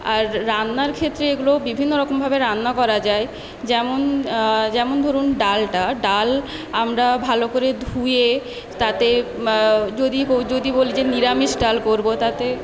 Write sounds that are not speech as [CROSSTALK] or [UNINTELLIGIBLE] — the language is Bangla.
আর রান্নার ক্ষেত্রে এগুলো বিভিন্ন রকমভাবে রান্না করা যায় যেমন যেমন ধরুন ডালটা ডাল আমরা ভালো করে ধুয়ে তাতে [UNINTELLIGIBLE] যদি বলি যে নিরামিষ ডাল করবো তাতে